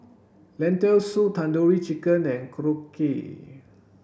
Lentil soup Tandoori Chicken and Korokke